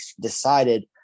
decided